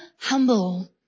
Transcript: humble